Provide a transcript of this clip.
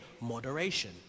moderation